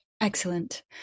Excellent